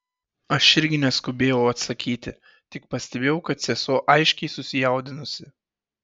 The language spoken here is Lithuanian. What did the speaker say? aš irgi neskubėjau atsakyti tik pastebėjau kad sesuo aiškiai susijaudinusi